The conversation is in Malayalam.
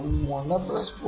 3 പ്ലസ് 0